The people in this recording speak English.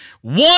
One